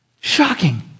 Shocking